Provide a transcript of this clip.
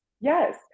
Yes